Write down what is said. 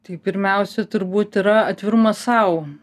tai pirmiausia turbūt yra atvirumas sau